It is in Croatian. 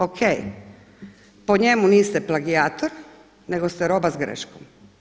OK po njemu niste plagijator, nego ste roba s greškom.